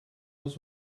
was